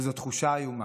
וזאת תחושה איומה.